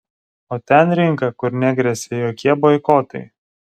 o ten rinka kur negresia jokie boikotai